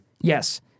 Yes